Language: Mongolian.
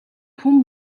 хүн